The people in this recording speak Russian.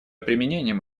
применением